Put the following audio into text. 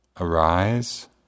arise